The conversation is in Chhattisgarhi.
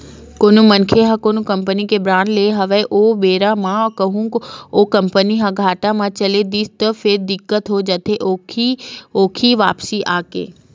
कोनो मनखे ह कोनो कंपनी के बांड लेय हवय ओ बेरा म कहूँ ओ कंपनी ह घाटा म चल दिस त फेर दिक्कत हो जाथे ओखी वापसी के